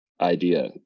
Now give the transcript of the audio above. idea